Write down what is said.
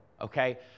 okay